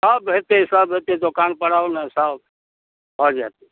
सभ हेतै सभ हेतै दोकानपर आउ ने सभ भऽ जायत